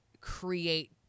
create